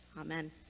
Amen